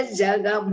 jaga